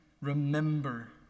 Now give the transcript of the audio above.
remember